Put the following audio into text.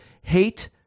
hate